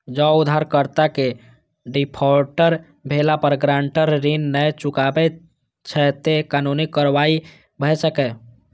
जौं उधारकर्ता के डिफॉल्टर भेला पर गारंटर ऋण नै चुकबै छै, ते कानूनी कार्रवाई भए सकैए